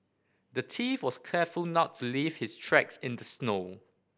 the thief was careful not to leave his tracks in the snow